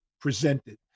presented